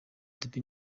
dube